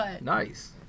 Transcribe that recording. Nice